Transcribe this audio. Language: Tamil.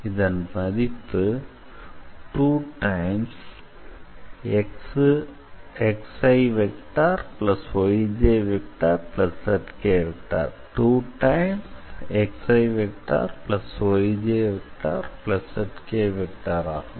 இதன் மதிப்பு2xiyjzk ஆகும்